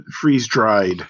freeze-dried